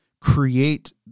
create